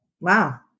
wow